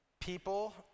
people